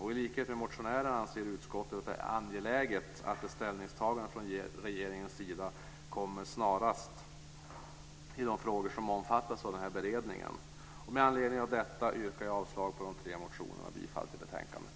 I likhet med motionärerna anser utskottet det angeläget att ett ställningstagande från regeringens sida kommer snarast i de frågor som omfattas av den här beredningen. Med anledning av detta yrkar jag avslag på de tre motionerna och bifall till förslaget i betänkandet.